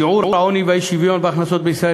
שיעור העוני והאי-שוויון בהכנסות בישראל